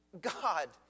God